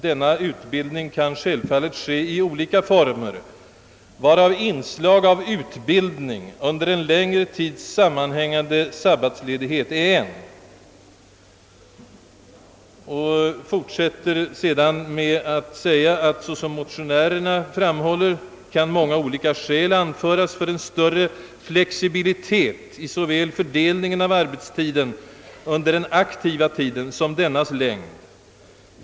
Denna utbildning kan självfal let ske i olika former, varav inslag av utbildning under en längre tids sammanhängande ledighet är en.» Styrelsen fortsätter: »Såsom motionärerna framhåller kan många olika skäl anföras för en större flexibilitet i såväl fördelningen av arbetstiden under den aktiva tiden som dennas längd.